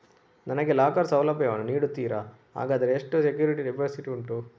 ನನಗೆ ಲಾಕರ್ ಸೌಲಭ್ಯ ವನ್ನು ನೀಡುತ್ತೀರಾ, ಹಾಗಾದರೆ ಎಷ್ಟು ಸೆಕ್ಯೂರಿಟಿ ಡೆಪೋಸಿಟ್ ಉಂಟು?